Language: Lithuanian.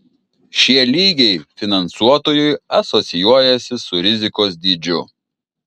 šie lygiai finansuotojui asocijuojasi su rizikos dydžiu